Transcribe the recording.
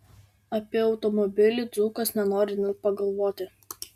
apie automobilį dzūkas nenori net pagalvoti